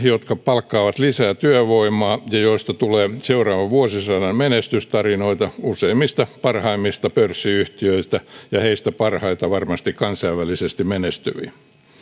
jotka palkkaavat lisää työvoimaa ja joista tulee seuraavan vuosisadan menestystarinoita useimmista parhaimmista pörssiyhtiöitä ja niistä parhaista varmasti kansainvälisesti menestyviä